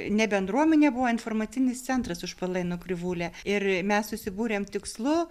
ne bendruomenė buvo informacinis centras užpalėnų krivūlė ir mes susibūrėm tikslu